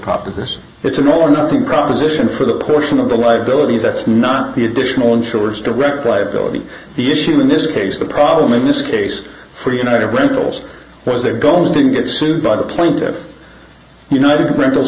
proposition it's an all or nothing proposition for the portion of the liability that's not the additional insurers direct liability the issue in this case the problem in this case for united rentals was their goal was to get sued by the plaintiffs united rentals